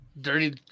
dirty